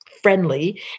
friendly